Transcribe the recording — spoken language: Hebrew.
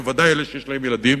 ודאי אלה שיש להם ילדים,